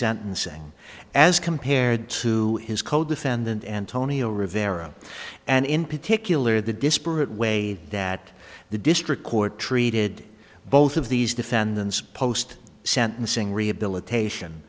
insane as compared to his codefendant antonio rivera and in particular the disparate way that the district court treated both of these defendants post sentencing rehabilitation